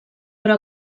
però